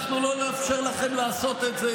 אנחנו לא נאפשר לכם לעשות את זה.